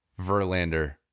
Verlander